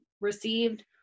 received